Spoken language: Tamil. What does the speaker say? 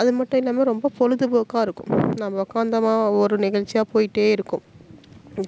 அது மட்டும் இல்லாமல் ரொம்ப பொழுதுபோக்கா இருக்கும் நம்ம உக்காந்தோமா ஒவ்வொரு நிகழ்ச்சியாக போயிகிட்டே இருக்கும்